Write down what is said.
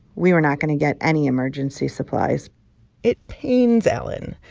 we were not going to get any emergency supplies it pains ellen,